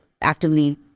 actively